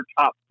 top